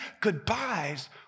goodbyes